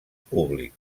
públic